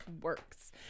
works